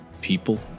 people